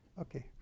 Okay